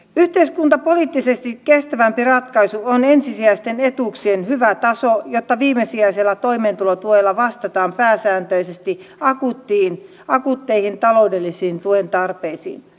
yhteiskuntapoliittisesti kestävämpi ratkaisu on ensisijaisten etuuksien hyvä taso jotta viimesijaisella toimeentulotuella vastataan pääsääntöisesti akuutteihin taloudellisiin tuen tarpeisiin